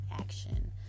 action